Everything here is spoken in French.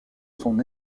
son